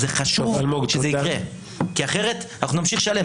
חשוב שזה יקרה כי אחרת אנחנו נמשיך לשלם.